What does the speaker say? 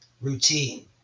routine